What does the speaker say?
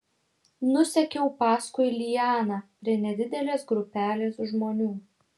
nusekiau paskui lianą prie nedidelės grupelės žmonių